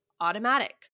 automatic